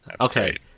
Okay